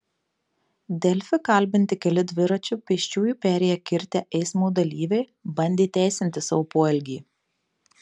delfi kalbinti keli dviračiu pėsčiųjų perėją kirtę eismo dalyviai bandė teisinti savo poelgį